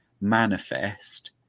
manifest